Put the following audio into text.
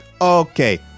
Okay